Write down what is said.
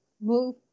Move